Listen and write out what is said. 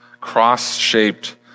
cross-shaped